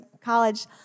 college